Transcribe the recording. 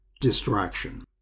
distraction